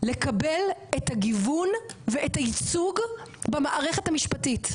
לקבל את הגיוון ואת הייצוג במערכת המשפטית.